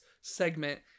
segment